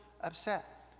upset